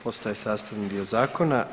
Postaje sastavni dio zakona.